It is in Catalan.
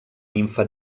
nimfa